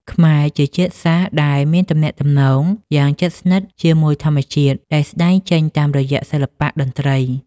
ខ្មែរជាជាតិសាសន៍ដែលមានទំនាក់ទំនងយ៉ាងជិតស្និទ្ធជាមួយធម្មជាតិ ដែលស្ដែងចេញតាមរយៈសិល្បៈតន្ត្រី។